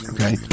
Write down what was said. Okay